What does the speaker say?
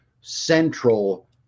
central